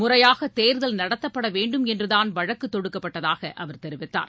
முறையாக தேர்தல் நடத்தப்படவேண்டும் என்று தான் வழக்கு தொடுக்கப்பட்டதாக தெரிவித்தார்